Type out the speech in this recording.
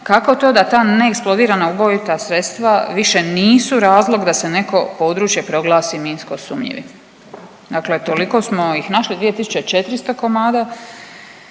kako to da ta neeksplodirana ubojita sredstva više nisu razlog da se neko područje proglasi minsko sumnjivim? Dakle toliko smo ih našli, 2400 komada,